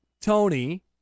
Tony